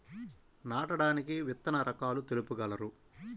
నాటడానికి విత్తన రకాలు తెలుపగలరు?